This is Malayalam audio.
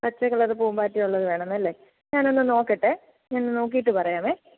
പച്ച കളറ് പൂമ്പാറ്റ ഉള്ളത് വേണം അല്ലേ ഞാനൊന്ന് നോക്കട്ടെ ഞാനൊന്ന് നോക്കിയിട്ട് പറയാമേ